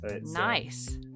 Nice